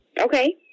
Okay